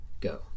go